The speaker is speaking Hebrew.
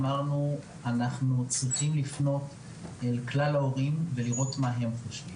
אמרנו שאנחנו צריכים לפנות לכלל ההורים ולראות מה הם חושבים.